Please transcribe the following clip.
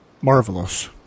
marvelous